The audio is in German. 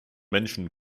menschen